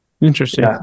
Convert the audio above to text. interesting